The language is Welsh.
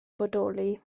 bodoli